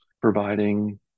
providing